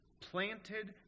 planted